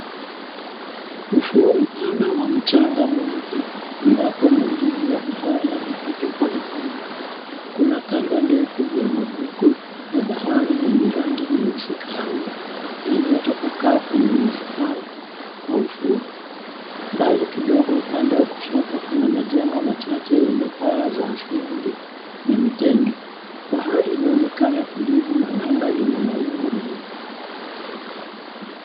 Ufuo mpana wa mchanga mweupe ambapo mawimbi ya bahari yanapiga pole pole. Kuna kamba ndefu ya magugu ya bahari yenye rangi nyeusi kahawia, yaliyotapakaa kwenye mistari wa ufuo. Mbali kidogo upande wa kushoto kuna majengo machache yenye paa za asili na mitende. Bahari inaonekeana tulivu na anga lina mawingu meupe.